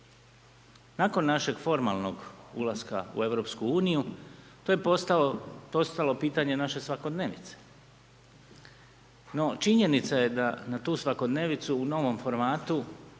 Nakon našeg formalnog ulaska u Europsku uniju, to je postalo pitanje naše svakodnevice, no činjenica je da na tu svakodnevicu u novom formatu,